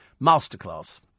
masterclass